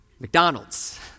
McDonald's